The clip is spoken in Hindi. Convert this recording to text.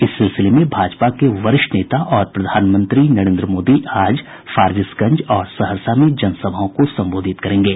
इस सिलसिले में भाजपा के वरिष्ठ नेता और प्रधानमंत्री नरेन्द्र मोदी आज फारबिसगंज और सहरसा में जन सभाओं को संबोधित करेंगे